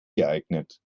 geeignet